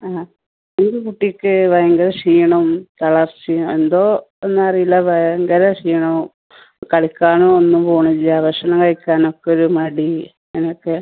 ആ ഒരു കുട്ടിക്ക് ഭയങ്കര ക്ഷീണം തളർച്ചയും എന്തോ എന്നറിയില്ല ഭയങ്കര ക്ഷീണം കളിക്കാനോ ഒന്നും പോണില്ല ഭക്ഷണം കഴിക്കാനൊക്കൊരു മടി അങ്ങനക്കെ